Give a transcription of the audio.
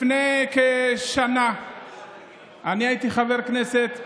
לפני כשנה אני הייתי חבר כנסת.